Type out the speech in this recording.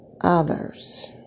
others